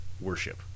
worship